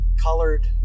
colored